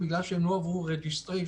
בגלל שהם לא עברו registration.